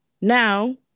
Now